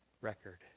record